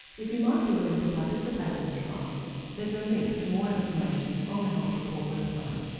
if you might be willing to participate in the trial there is a link to more information on the health report website.